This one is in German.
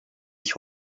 ich